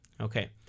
Okay